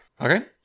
okay